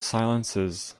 silences